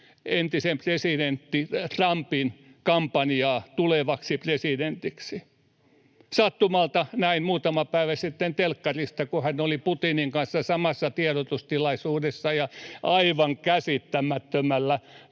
entisen presidentti Trumpin kampanjaa tulevaksi presidentiksi. Sattumalta näin muutama päivä sitten telkkarista, kun hän oli Putinin kanssa samassa tiedotustilaisuudessa, ja aivan käsittämättömällä